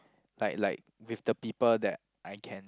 like like with the people that I can